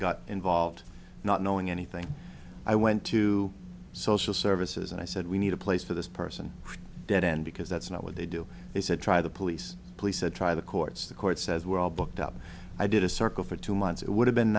got involved not knowing anything i went to social services and i said we need a place for this person dead end because that's not what they do they said try the police police or try the courts the court says we're all booked up i did a circle for two months it would have been